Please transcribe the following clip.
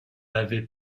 avait